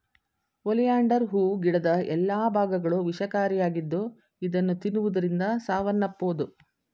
oleander ಹೂ ಗಿಡದ ಎಲ್ಲಾ ಭಾಗಗಳು ವಿಷಕಾರಿಯಾಗಿದ್ದು ಇದನ್ನು ತಿನ್ನುವುದರಿಂದ ಸಾವನ್ನಪ್ಪಬೋದು